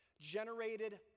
Generated